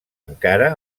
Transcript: encara